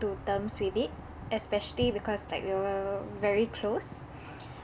to terms with it especially because like we were very close